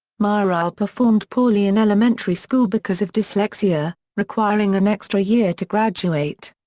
mireille performed poorly in elementary school because of dyslexia, requiring an extra year to graduate.